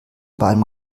beidem